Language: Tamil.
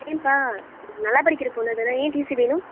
ஏன் பா நல்லாப்படிக்கிற பொண்ணு தானே ஏன் டீசி வேணும்